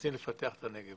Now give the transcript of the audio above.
מנסים לפתח את הנגב.